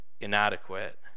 inadequate